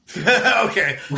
Okay